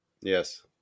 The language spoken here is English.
Yes